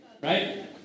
Right